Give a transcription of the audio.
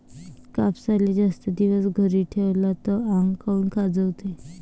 कापसाले जास्त दिवस घरी ठेवला त आंग काऊन खाजवते?